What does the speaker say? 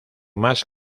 más